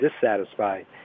dissatisfied